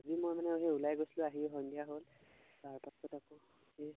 আজি মই মানে সেই ওলাই গৈছিলোঁ আহি এই সন্ধিয়া হ'ল তাৰপাছত আকৌ